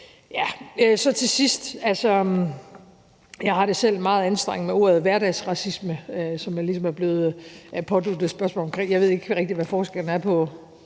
vil jeg sige, at jeg selv har det meget anstrengt med ordet hverdagsracisme, som jeg ligesom er blevet stillet et spørgsmål om. Jeg ved ikke rigtig, hvad forskellen er her.